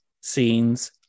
scenes